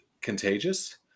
contagious